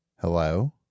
Hello